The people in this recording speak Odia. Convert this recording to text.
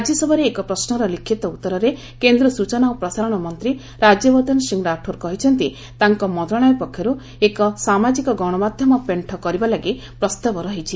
ରାଜ୍ୟସଭାରେ ଏକ ପ୍ରଶ୍ୱର ଲିଖିତ ଉତ୍ତରରେ କେନ୍ଦ୍ର ସୂଚନା ଓ ପ୍ରସାରଣ ମନ୍ତ୍ରୀ ରାଜ୍ୟବର୍ଦ୍ଧନ ସିଂ ରାଠୋର୍ କହିଛନ୍ତି ତାଙ୍କ ମନ୍ତ୍ରଣାଳୟ ପକ୍ଷରୁ ଏକ ସାମାଜିକ ଗଣମାଧ୍ୟମ ପେଶ୍ଚ କରିବା ଲାଗି ପ୍ରସ୍ତାବ ରହିଛି